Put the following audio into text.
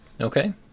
Okay